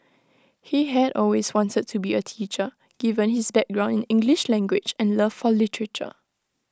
he had always wanted to be A teacher given his background in English language and love for literature